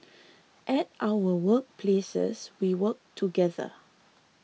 at our work places we work together